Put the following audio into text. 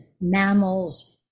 mammals